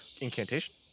incantation